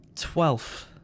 Twelfth